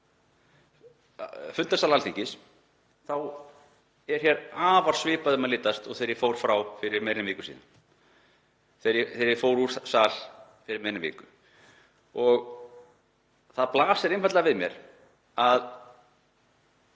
fundarsal Alþingis þá er hér afar svipað um að litast og þegar ég fór frá fyrir meira en viku, þegar ég fór úr sal fyrir meira en viku. Það blasir einfaldlega við mér að